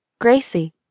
Gracie